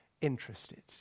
interested